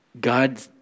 God